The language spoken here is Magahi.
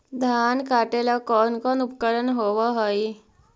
धान काटेला कौन कौन उपकरण होव हइ?